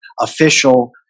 official